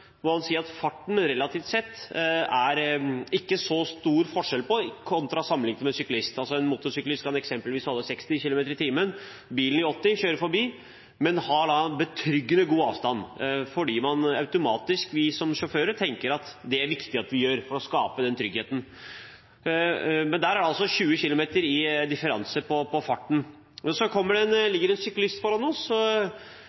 relativt sett ikke er så stor forskjell på farten sammenliknet med en syklist. Altså, en motorsyklist kan f.eks. holde 60 km/t, og bilen som kjører i 80 km/t, kjører forbi, men den holder da betryggende god avstand, fordi vi som sjåfører automatisk tenker at det er det viktig at vi gjør for å skape den tryggheten. Men i det eksemplet er det altså 20 km/t i differanse på farten. Så